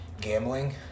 Gambling